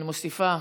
אני מוסיפה,